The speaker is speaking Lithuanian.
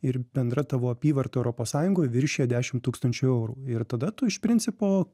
ir bendra tavo apyvarta europos sąjungoj viršija dešim tūkstančių eurų ir tada tu iš principo